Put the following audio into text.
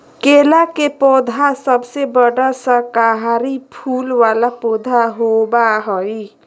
केला के पौधा सबसे बड़ा शाकाहारी फूल वाला पौधा होबा हइ